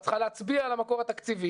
את צריכה להצביע על המקור התקציבי,